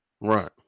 right